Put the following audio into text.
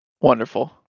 Wonderful